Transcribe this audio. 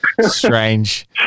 strange